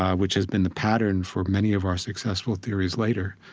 um which has been the pattern for many of our successful theories later,